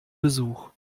besuch